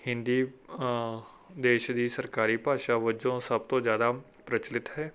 ਹਿੰਦੀ ਦੇਸ਼ ਦੀ ਸਰਕਾਰੀ ਭਾਸ਼ਾ ਵਜੋਂ ਸਭ ਤੋਂ ਜ਼ਿਆਦਾ ਪ੍ਰਚੱਲਿਤ ਹੈ